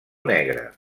negre